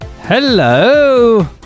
Hello